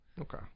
Okay